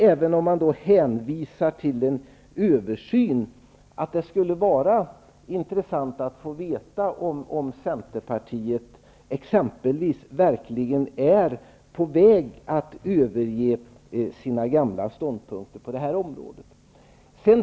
Även om man hänvisar till en översyn tycker jag att det skulle vara intressant att få veta om Centerpartiet exempelvis verkligen är på väg att överge sina gamla ståndpunkter på det här området.